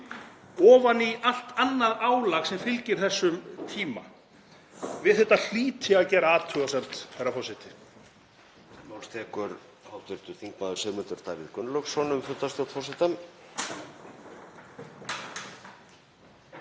ofan í allt annað álag sem fylgir þessum tíma. Við þetta hlýt ég að gera athugasemd, herra forseti.